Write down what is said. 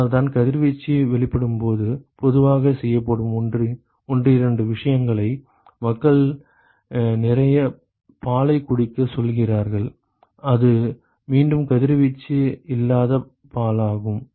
அதனால்தான் கதிர்வீச்சு வெளிப்படும் போது பொதுவாகச் செய்யப்படும் ஒன்றிரண்டு விஷயங்களை மக்கள் நிறைய பாலை குடிக்கச் சொல்கிறார்கள் அது மீண்டும் கதிர்வீச்சு இல்லாத பாலாகும்